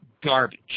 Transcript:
garbage